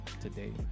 today